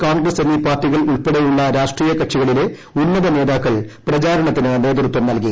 കോൺഗ്രസ് എന്നീ പാർട്ടികൾ ഉൾപ്പെടെയുള്ള രാഷ്ട്രീയ കക്ഷികളിലെ ഉന്നത നേതാക്കൾ പ്രചാരണത്തിന് നേതൃത്വം നൽകി